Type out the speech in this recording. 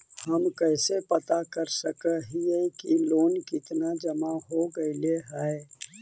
हम कैसे पता कर सक हिय की लोन कितना जमा हो गइले हैं?